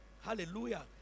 Hallelujah